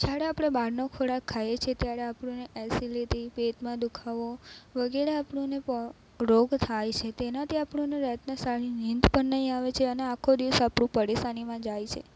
જ્યારે આપણે બહારનો ખોરાક ખાઈએ છીએ ત્યારે આપણને એસિડિટી પેટમાં દુ ખાવો વગેરે આપણને રોગ થાય છે તેનાથી આપણને સારી નીંદ પણ નહીં આવે છે ને આખો દિવસ આપણો પરેશાનીમાં જાય છે